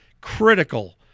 critical